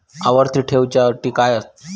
आवर्ती ठेव च्यो अटी काय हत?